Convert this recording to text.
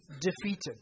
defeated